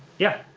yeah.